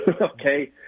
Okay